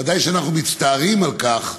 ודאי שאנחנו מצטערים על כך,